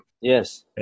yes